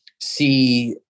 see